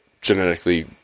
genetically